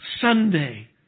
Sunday